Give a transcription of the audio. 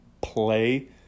play